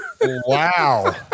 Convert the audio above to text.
wow